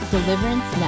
Deliverance